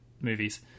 movies